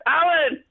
Alan